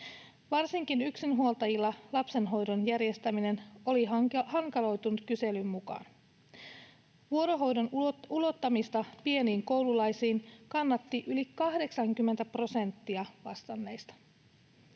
Varsinkin yksinhuoltajilla lapsen hoidon järjestäminen oli kyselyn mukaan hankaloitunut. Vuorohoidon ulottamista pieniin koululaisiin kannatti yli 80 prosenttia vastanneista.